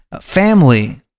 family